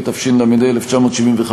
התשל"ה 1975,